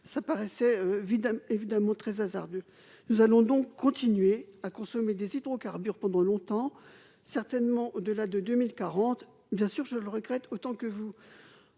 ça paraissait évident évidemment très hasardeux, nous allons donc continuer à consommer des hydrocarbures pendant longtemps certainement de la, de 2040, bien sûr, je le regrette, autant que vous,